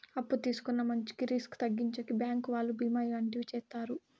అప్పు తీసుకున్న మంచికి రిస్క్ తగ్గించేకి బ్యాంకు వాళ్ళు బీమా వంటివి చేత్తారు